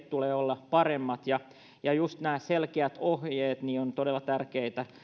tulee olla paremmat juuri nämä selkeät ohjeet ovat todella tärkeitä